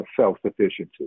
self-sufficiency